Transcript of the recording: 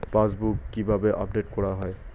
Passbook কিভাবে update করা হয়?